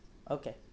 okay